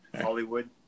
Hollywood